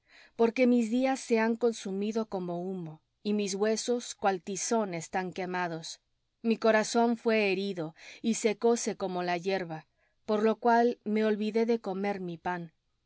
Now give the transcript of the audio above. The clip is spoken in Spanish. porque mis días se han consumido como humo y mis huesos cual tizón están quemados mi corazón fué herido y secóse como la hierba por lo cual me olvidé de comer mi pan